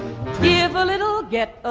yeah little get. ah